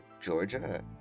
Georgia